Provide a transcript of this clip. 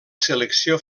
selecció